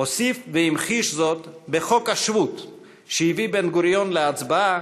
הוסיף והמחיש זאת בחוק השבות שהביא בן-גוריון להצבעה,